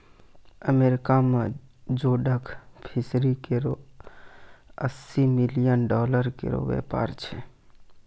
America में जोडक fishery केरो अस्सी मिलियन डॉलर केरो व्यापार छै